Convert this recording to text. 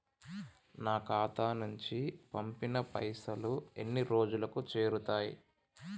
నా ఖాతా నుంచి పంపిన పైసలు ఎన్ని రోజులకు చేరుతయ్?